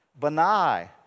Benai